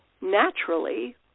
naturally